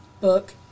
book